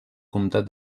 comtat